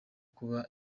kuba